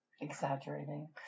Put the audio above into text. Exaggerating